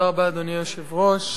אדוני היושב-ראש,